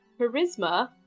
Charisma